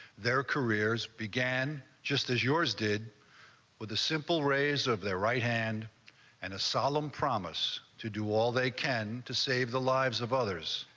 their careers began just as yours did with the simple rays of their right hand and a solemn promise to do all they can to save the lives of others,